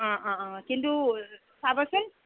অ অ অ কিন্তু চাবচোন